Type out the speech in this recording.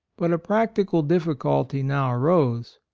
but a practical difficulty now arose.